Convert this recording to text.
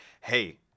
hey